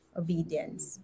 obedience